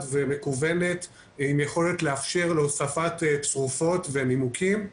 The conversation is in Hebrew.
ומקוונת עם יכולת לאפשר הוספת צרופות ונימוקים,